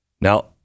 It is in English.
Now